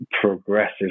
progressive